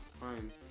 fine